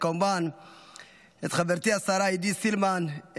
וכמובן את חברתי השרה עידית סילמן,